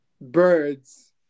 birds